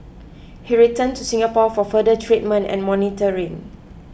he returned to Singapore for further treatment and monitoring